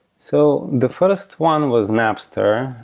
so the first one was napster,